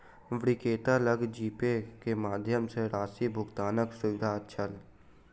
विक्रेता लग जीपे के माध्यम सॅ राशि भुगतानक सुविधा छल